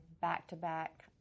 back-to-back